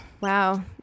Wow